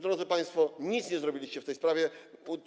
Drodzy państwo, nic nie zrobiliście w tej sprawie.